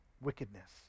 wickedness